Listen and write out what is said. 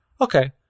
okay